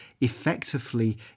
effectively